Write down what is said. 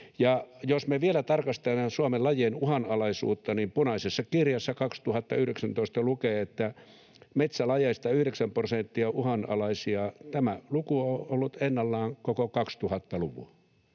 jos me vielä tarkastellaan Suomen lajien uhanalaisuutta, niin punaisessa kirjassa 2019 lukee, että metsälajeista yhdeksän prosenttia on uhanalaisia. Tämä luku on ollut ennallaan koko 2000-luvun.